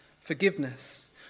forgiveness